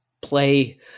play